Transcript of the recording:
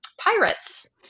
pirates